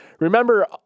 Remember